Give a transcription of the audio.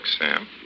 Sam